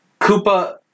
Koopa